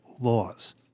laws